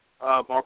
Mark